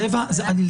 זה הבנתי.